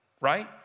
right